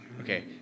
Okay